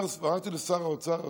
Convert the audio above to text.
אמרתי לשר האוצר,